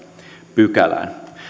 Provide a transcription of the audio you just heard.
pykälään